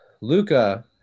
Luca